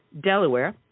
Delaware